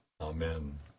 Amen